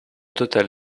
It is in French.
total